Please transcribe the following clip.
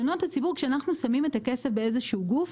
כשאנחנו שמים את הכסף באיזשהו גוף,